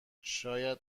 شاید